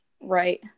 Right